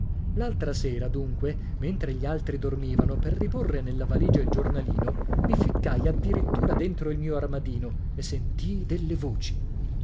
l'altra sera dunque mentre gli altri dormivano per riporre nella valigia il giornalino mi ficcai addirittura dentro il mio armadino e sentii delle voci